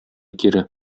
кире